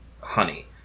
honey